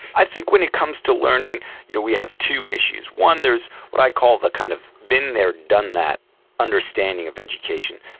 i think when it comes to learning you know we have two issues. one, there is what i call the kind of been there, done that' understanding of education.